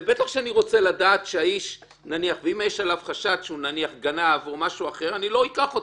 אם יש עליו חשד שהוא גנב נניח, אני לא אקח אותו.